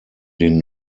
den